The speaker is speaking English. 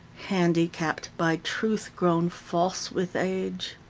handicapped by truth grown false with age.